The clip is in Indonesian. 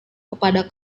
kepada